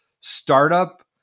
startup